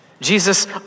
Jesus